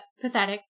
pathetic